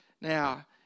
Now